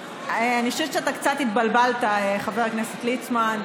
אני חושבת שאתה קצת התבלבלת, חבר הכנסת ליצמן.